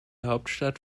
hauptstadt